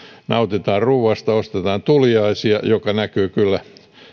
nautitaan ruuasta ostetaan tuliaisia mikä näkyy kyllä